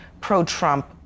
pro-Trump